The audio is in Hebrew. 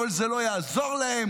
אבל זה לא יעזור להם,